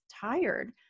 tired